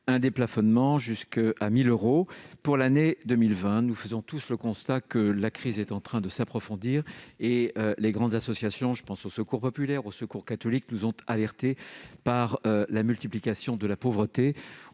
un déplafonnement jusqu'à 1 000 euros pour l'année 2020. Nous faisons tous le constat que la crise est en train de s'approfondir et les grandes associations, comme le Secours populaire et le Secours catholique, nous ont alertés au sujet de la multiplication de la pauvreté.